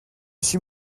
suis